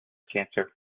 cancer